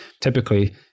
typically